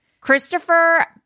Christopher